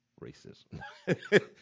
racism